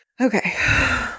Okay